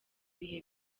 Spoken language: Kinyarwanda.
bihe